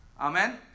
Amen